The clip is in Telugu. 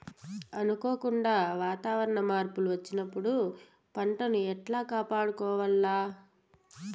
అనుకోకుండా వాతావరణ మార్పులు వచ్చినప్పుడు పంటను ఎట్లా కాపాడుకోవాల్ల?